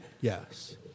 yes